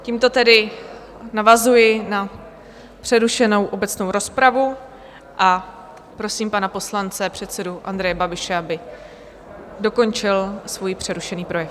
Tímto tedy navazuji na přerušenou obecnou rozpravu a prosím pana poslance, předsedu Andreje Babiše, aby dokončil svůj přerušený projev.